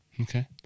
Okay